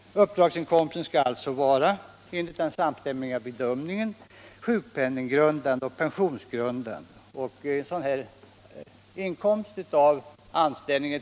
Uppdragsinkomsten skall alltså enligt riksdagens samstämmiga bedömning vara sjukpenninggrundande och pensionsgrundande inkomst.